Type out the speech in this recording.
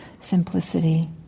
simplicity